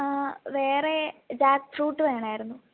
വേറെ jackfruit വേണമായിരുന്നു